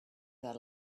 their